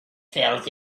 felt